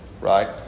Right